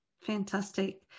Fantastic